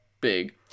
big